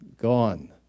gone